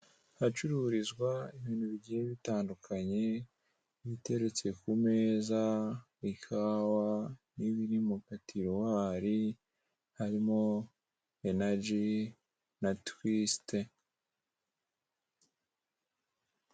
Ahacururizwa ibintu bigiye bitandukanye ibiteretse ku meza, ikawa n'ibiri mu gatinwari harimo inaji na twisite.